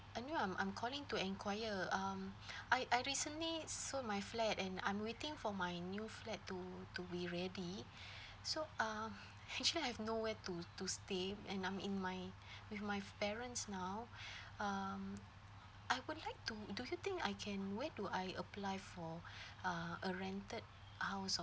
I knew I'm I'm calling to inquire um I I recently sold my flat and I'm waiting for my new flat to to be ready so um actually I have nowhere to to stay and I'm in my with my parents now um I would like to do you think I can where do I apply for uh a rented hose